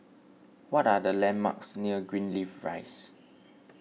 what are the landmarks near Greenleaf Rise